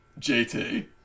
JT